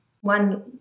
one